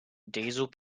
diesel